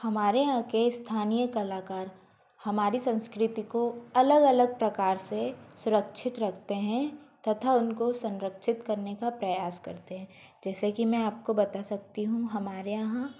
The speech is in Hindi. हमारे यहाँ के स्थानीय कलाकार हमारी संस्कृति को अलग अलग प्रकार से सुरक्षित रखते हैं तथा उनको संरक्षित करने का प्रयास करते हैं जैसे कि मैं आपको बता सकती हूँ हमारे यहाँ